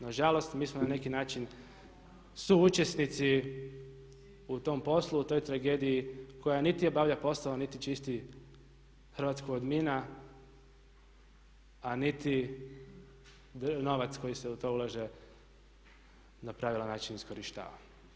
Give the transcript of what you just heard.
Nažalost mi smo na neki način suučesnici u tom poslu, u toj tragediji koja niti obavlja poslove niti čisti Hrvatsku od mina a niti novac koji se u to ulaže na pravilan način iskorištava.